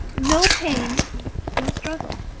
no pain no struggle.